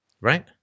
Right